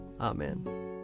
Amen